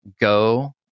go